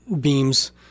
beams